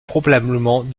probablement